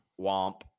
womp